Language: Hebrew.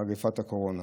מגפת הקורונה.